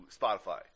Spotify